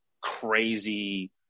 crazy